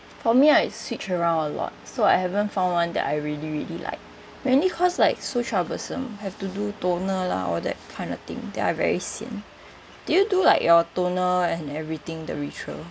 for me I switch around a lot so I haven't found one that I really really like mainly cause like so troublesome have to do toner lah all that kind of thing then I very sian do you do like your toner and everything the ritual